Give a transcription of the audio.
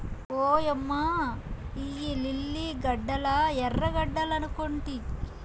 ఓయమ్మ ఇయ్యి లిల్లీ గడ్డలా ఎర్రగడ్డలనుకొంటి